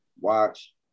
watch